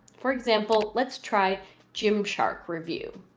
for example, let's try jim shark review.